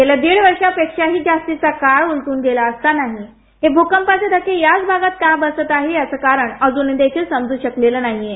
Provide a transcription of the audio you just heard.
गेल्या दीड वर्षांपेक्षा ही जास्तीचा काळ उलटून गेला असताना ही हे भूकंपाचे धक्के याच भागांत का बसत आहेत याच कारण अजून देखील समजू शकलेलं नाहीये